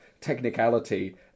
technicality